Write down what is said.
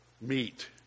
meet